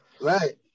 Right